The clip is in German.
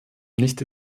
nicht